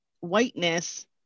whiteness